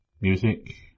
music